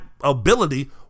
ability